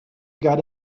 got